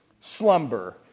slumber